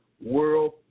world